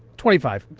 twenty five.